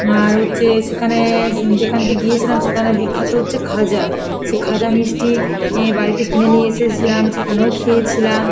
আর হচ্ছে সেখানে যেখানকে গিয়েছিলাম সেখানের বিখ্যাত হচ্ছে খাজা সে খাজা মিষ্টি ই বাড়িতে কিনে নিয়ে এসেছিলাম সেখানেও খেয়েছিলাম